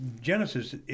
Genesis